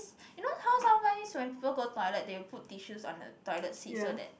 you know how sometimes when people go toilet they will put tissues on the toilet seat so that